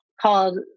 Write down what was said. called